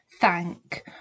thank